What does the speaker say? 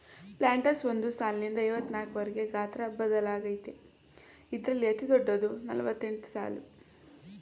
planters ಒಂದ್ ಸಾಲ್ನಿಂದ ಐವತ್ನಾಕ್ವರ್ಗೆ ಗಾತ್ರ ಬದಲಾಗತ್ವೆ ಇದ್ರಲ್ಲಿ ಅತಿದೊಡ್ಡದು ನಲವತ್ತೆಂಟ್ಸಾಲು